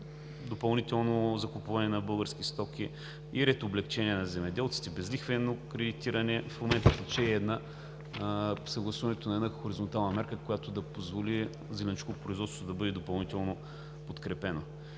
допълнително закупуване на български стоки и ред облекчения на земеделците – безлихвено кредитиране. В момента тече съгласуването на една хоризонтална мярка, която да позволи зеленчукопроизводството да бъде допълнително подкрепено.